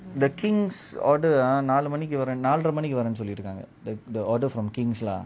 the king's order நாலு மணிக்கு வரும் நால்றை மணிக்கு வரேன்னு சொளிர்காங்க:naalu manikku varum naaldrai manikku varaennu solirkanga the the order from king's lah